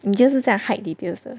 你就是这样 hide details 的